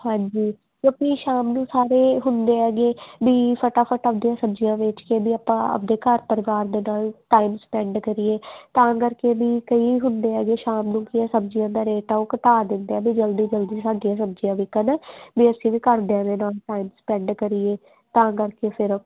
ਹਾਂਜੀ ਕਿਉਂਕਿ ਸ਼ਾਮ ਨੂੰ ਸਾਰੇ ਹੁੰਦੇ ਹੈਗੇ ਵੀ ਫਟਾਫਟ ਆਪਦੇ ਸਬਜ਼ੀਆਂ ਵੇਚ ਕੇ ਵੀ ਆਪਾਂ ਆਪਦੇ ਘਰ ਪਰਿਵਾਰ ਦੇ ਨਾਲ ਟਾਈਮ ਸਪੈਂਡ ਕਰੀਏ ਤਾਂ ਕਰਕੇ ਵੀ ਕਈ ਹੁੰਦੇ ਹੈਗੇ ਸ਼ਾਮ ਨੂੰ ਕੀ ਸਬਜ਼ੀਆਂ ਦਾ ਰੇਟ ਆ ਉਹ ਘਟਾ ਦਿੰਦੇ ਆ ਵੀ ਜਲਦੀ ਜਲਦੀ ਸਾਡੇ ਸਬਜ਼ੀਆਂ ਵਿਕਣ ਵੀ ਅਸੀਂ ਵੀ ਘਰ ਦਿਆਂ ਦੇ ਟਾਈਮ ਸਪੈਂਡ ਕਰੀਏ ਤਾਂ ਕਰਕੇ ਫਿਰ